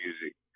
music